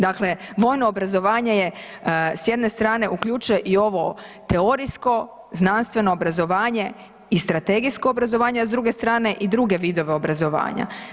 Dakle, vojno obrazovanje je s jedne strane uključe i ovo teorijsko, znanstveno obrazovanje i strategijsko obrazovanje, a s druge strane i druge vidove obrazovanja.